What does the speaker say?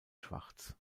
schwarz